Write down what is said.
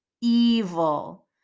evil